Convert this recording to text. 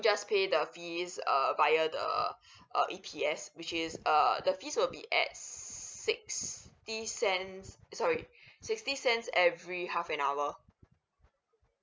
just pay the fees uh via the uh E_P_S which is uh the fees will be at sixty cents sorry sixty cents every half an hour